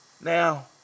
Now